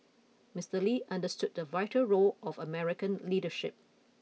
Mister Lee understood the vital role of American leadership